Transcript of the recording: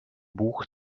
buch